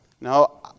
Now